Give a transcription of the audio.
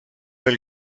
del